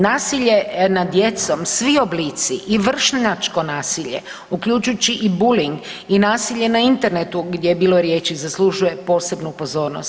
Nasilje od djecom svi oblici i vršnjačko nasilje, uključujući i buling i nasilje na internetu gdje je bilo riječi zaslužuje posebnu pozornost.